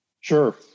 Sure